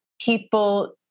people